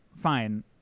Fine